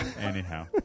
Anyhow